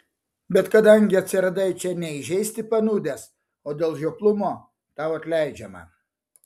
bet kadangi atsiradai čia ne įžeisti panūdęs o dėl žioplumo tau atleidžiama